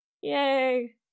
Yay